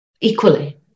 equally